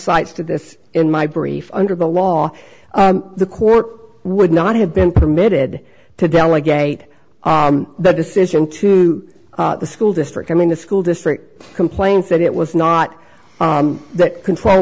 cites to this in my brief under the law the court would not have been permitted to delegate the decision to the school district i mean the school district complains that it was not the control